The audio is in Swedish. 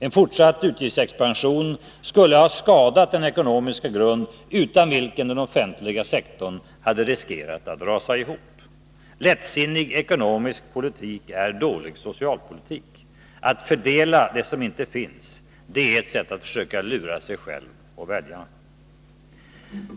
En fortsatt utgiftsexpansion skulle ha skadat den ekonomiska grund utan vilken den offentliga sektorn hade riskerat att rasa ihop. Lättsinnig ekonomisk politik är dålig social politik; att fördela det som inte finns är ett sätt att försöka lura sig själv och väljarna.